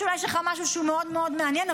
אני מבינה שיש לך משהו שהוא מאוד מאוד מעניין,